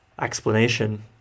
Explanation